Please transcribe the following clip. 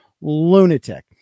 lunatic